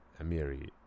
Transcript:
Amiri